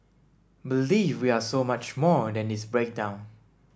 believe we are so much more than this breakdown